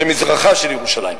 אין במזרחה של ירושלים.